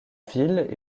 ville